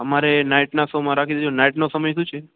અમારે નાઇટના શો માં રાખી દેજો નાઇટનો સમય શું છે